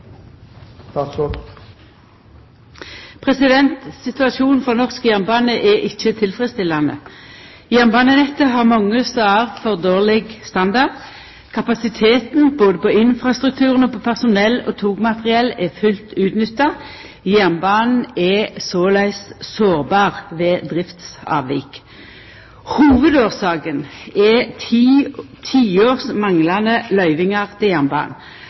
6. Situasjonen for norsk jernbane er ikkje tilfredsstillande. Jernbanenettet har mange stader for dårleg standard. Kapasiteten både på infrastrukturen og på personell og togmateriell er fullt utnytta. Jernbanen er såleis sårbar ved driftsavvik. Hovudårsaka er tiårs manglande løyvingar til